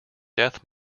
death